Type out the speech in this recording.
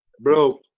bro